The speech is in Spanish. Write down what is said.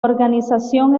organización